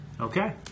Okay